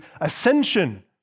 ascension